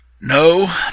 No